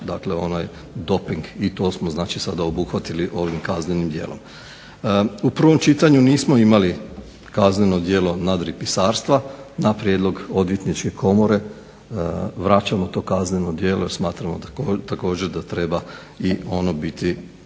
dakle onaj doping i to smo sada obuhvatili ovim kaznenim djelom. U prvom čitanju nismo imali kazneno djelo nadripisarstva. Na prijedlog Odvjetničke komore vraćamo to kazneno djelo jer smatramo također da treba i ono biti